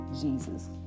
Jesus